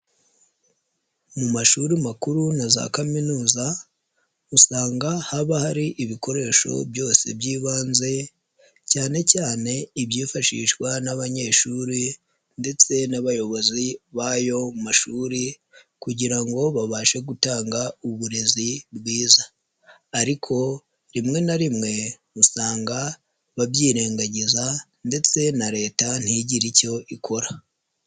Mu mashuri makuru na za kaminuza usanga haba hari ibikoresho byose by'ibanze cyane cyane ibyifashishwa n'abanyeshuri ndetse n'abayobozi b'ayo mashuri kugira ngo babashe gutanga uburezi bwiza ariko rimwe na rimwe usanga babyirengagiza ndetse na Leta ntigire icyo ikora.